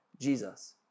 Jesus